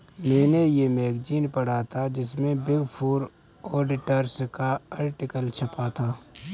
मेने ये मैगज़ीन पढ़ा था जिसमे बिग फॉर ऑडिटर्स का आर्टिकल छपा था